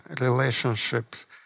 relationships